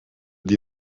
die